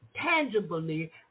tangibly